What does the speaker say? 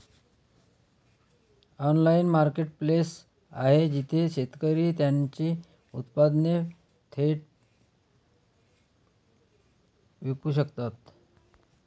Online marketplace आहे जिथे शेतकरी त्यांची उत्पादने थेट विकू शकतात?